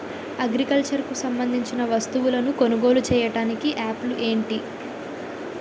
Agriculture కు సంబందించిన వస్తువులను కొనుగోలు చేయటానికి యాప్లు ఏంటి?